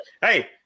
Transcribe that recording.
hey